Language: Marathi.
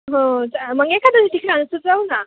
हो चा मग एखादं दिवशी तरी सुचव ना